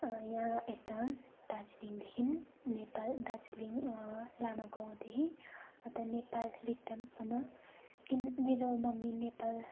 यहाँ यता दार्जिलिङदेखि नेपाल दार्जिलिङ लामागाउँदेखि उता नेपाल रिक्तामसम्म किन मेरो मम्मी नेपाल